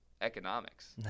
economics